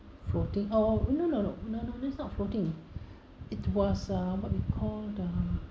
floating oh oh no no no no no it's not floating it was uh what we call the